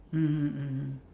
mmhmm mmhmm